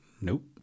Nope